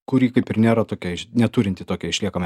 kurį kaip ir nėra tokia neturinti tokią išliekamą